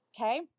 okay